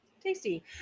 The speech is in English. Tasty